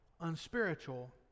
unspiritual